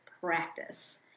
practice